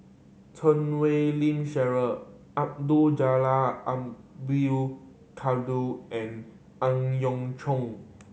Chan Wei Ling Cheryl Abdul Jalil and Ang Yau Choon